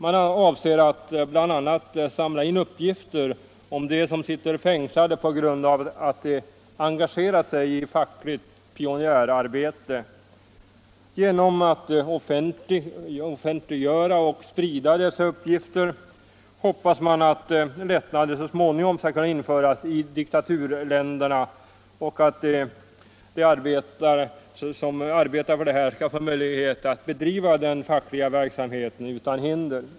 Man avser att bl.a. samla in uppgifter om dem som sitter fängslade på grund av att de engagerat sig i fackligt pionjärarbete. Genom att offentliggöra och sprida dessa uppgifter hoppas man att lättnader så småningom skall kunna införas i diktaturländerna och att arbetarna skall få möjlighet att bedriva den fackliga verksamheten utan hinder.